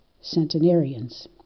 centenarians